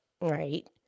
Right